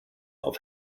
auf